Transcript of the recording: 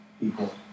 people